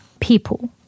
people